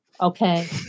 Okay